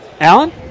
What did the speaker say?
Alan